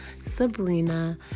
Sabrina